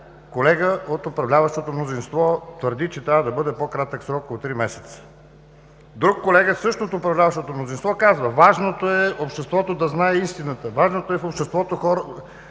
Колега от управляващото мнозинство твърди, че срокът трябва да бъде по-кратък от три месеца. Друг колега, също от управляващото мнозинство казва: „Важното е обществото да знае истината, важното е обществото и хората